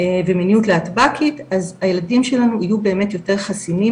ומיניות להטב"קית אז הילדים שלנו יהיו באמת יותר חסינים